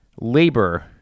Labor